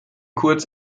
kurz